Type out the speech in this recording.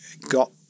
got